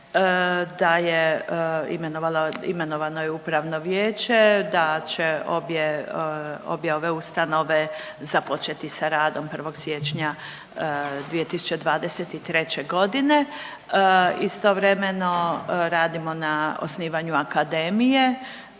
da je imenovano upravno vijeće, da će obje ove ustanove započeti sa radom 1. siječnja 2023. godine. Istovremeno radimo na osnivanju akademije.